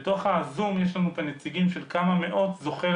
בזום יש לנו נציגים של כמה מאות זוכי